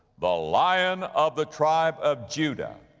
the lion of the tribe of judah,